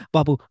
Babu